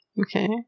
Okay